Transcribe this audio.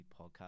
podcast